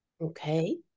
Okay